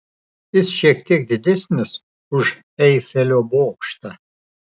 jis šiek tiek didesnis už eifelio bokštą